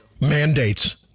mandates